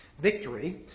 Victory